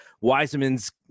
Wiseman's